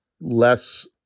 less